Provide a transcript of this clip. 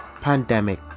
pandemic